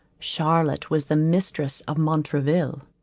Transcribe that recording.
charlotte was the mistress of montraville.